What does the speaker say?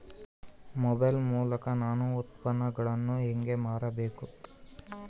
Mobile ಮೂಲಕ ನಾನು ಉತ್ಪನ್ನಗಳನ್ನು ಹೇಗೆ ಮಾರಬೇಕು?